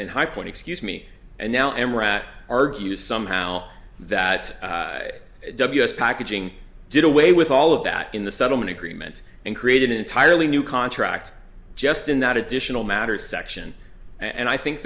and highpoint excuse me and now i am rat argues somehow that ws packaging did away with all of that in the settlement agreement and created an entirely new contract just in that it did tional matter section and i think